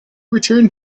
returned